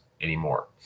anymore